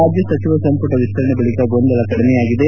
ರಾಜ್ಯ ಸಚಿವ ಸಂಪುಟ ವಿಸ್ತರಣೆ ಬಳಿಕ ಗೊಂದಲ ಕಡಿಮೆಯಾಗಿದೆ